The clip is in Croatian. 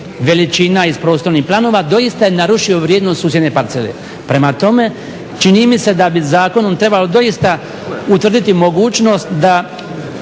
veličina iz prostornih planova, doista je narušio vrijednost susjedne parcele. Prema tome, čini mi se da bi zakonom trebalo doista utvrditi mogućnost da